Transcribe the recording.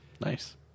Nice